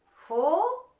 four,